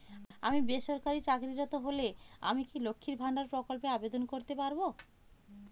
আমি বেসরকারি চাকরিরত হলে আমি কি লক্ষীর ভান্ডার প্রকল্পে আবেদন করতে পারব?